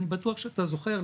אני בטוח שאתה זוכר,